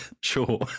Sure